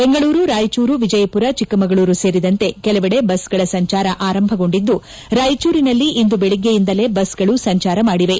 ಬೆಂಗಳೂರು ರಾಯಚೂರು ವಿಜಯಪುರ ಚಿಕ್ಕಮಗಳೂರು ಸೇರಿದಂತೆ ಕೆಲವೆಡೆ ಬಸ್ಗಳ ಸಂಚಾರ ಆರಂಭಗೊಂಡಿದ್ದು ರಾಯಚೂರಿನಲ್ಲಿ ಇಂದು ಬೆಳಿಗ್ಗೆಯಿಂದಲೇ ಬಸ್ಗಳು ಸಂಚಾರ ಮಾದಿವೆ